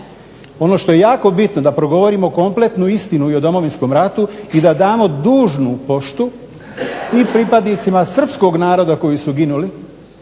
Ono što je jako bitno da progovorimo kompletnu istinu o Domovinskom ratu i da damo dužnu poštu i pripadnicima Srpskog naroda koji su brinuli